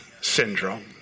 syndrome